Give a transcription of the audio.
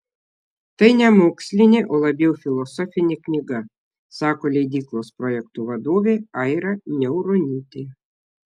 tai ne mokslinė o labiau filosofinė knyga sako leidyklos projektų vadovė aira niauronytė